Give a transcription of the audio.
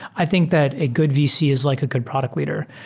i think that a good vc is like a good product leader.